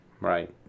Right